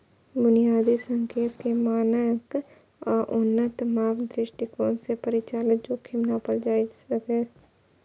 बुनियादी संकेतक, मानक आ उन्नत माप दृष्टिकोण सं परिचालन जोखिम नापल जा सकैए